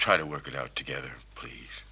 try to work it out together please